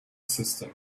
system